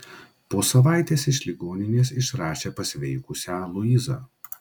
po savaitės iš ligoninės išrašė pasveikusią luizą